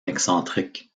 excentrique